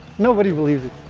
nobody believes it.